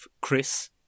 Chris